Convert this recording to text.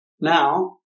Now